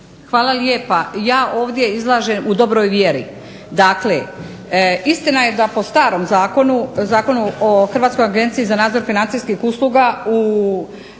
Hvala lijepa. Ja ovdje izlažem u dobroj vjeri.